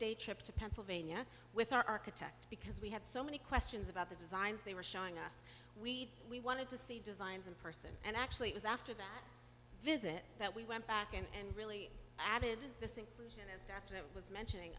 day trip to pennsylvania with our architect because we had so many questions about the designs they were showing us we we wanted to see designs in person and actually it was after that visit that we went back and really added the things and stepped it was mentioning